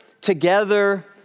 together